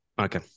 Okay